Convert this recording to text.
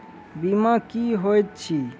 बीमा की होइत छी?